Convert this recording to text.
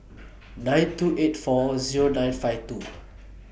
nine two eight four Zero nine five two